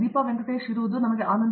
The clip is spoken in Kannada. ದೀಪಾ ವೆಂಕಟೇಶ್ ಈಗ 7 ವರ್ಷಗಳು ಹೌದು